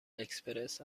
اکسپرس